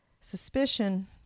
suspicion